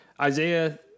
Isaiah